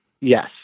Yes